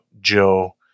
Joe